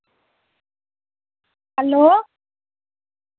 hello